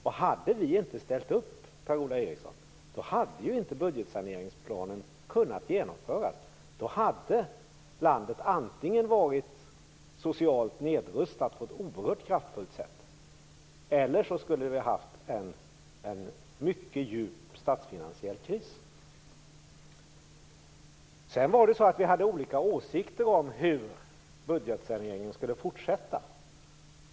Om inte vi hade ställt upp, Per-Ola Eriksson, hade inte budgetsaneringsplanen kunnat genomföras. Då hade landet antingen varit oerhört kraftfullt socialt nedrustat eller så hade det varit en djup statsfinansiell kris. Vi hade olika åsikter om hur budgetsaneringen skulle fortsätta.